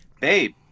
babe